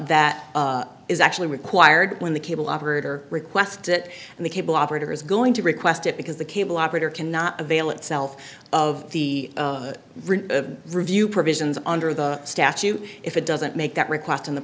that is actually required when the cable operator requests it and the cable operator is going to request it because the cable operator cannot avail itself of the review provisions under the statute if it doesn't make that request in the